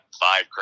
five